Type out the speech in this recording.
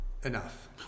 enough